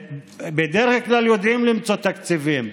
בדרך כלל יודעים למצוא תקציבים,